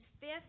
fifth